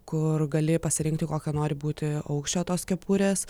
kur gali pasirinkti kokio nori būti aukščio tos kepurės